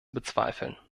bezweifeln